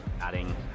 Adding